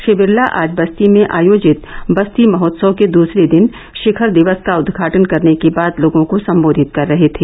श्री बिरला आज बस्ती में आयोजित बस्ती महोत्सव के दूसरे दिन शिखर दिवस का उद्घाटन करने के बाद लोगों को संबोधित कर रहे थे